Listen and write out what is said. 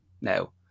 No